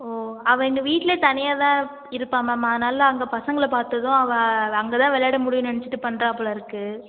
ஓ அவள் இங்கே வீட்லையே தனியாக தான் இருப்பாள் மேம் அதனால் அங்கே பசங்களை பார்த்ததும் அவள் அங்கே தான் விளையாட முடியும்னு நினச்சிட்டு பண்ணுறா போலயிருக்கு